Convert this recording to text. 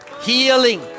healing